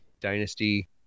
Dynasty